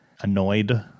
annoyed